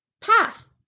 path